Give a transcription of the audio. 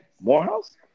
Morehouse